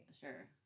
Sure